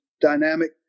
dynamic